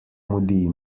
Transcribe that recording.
mudi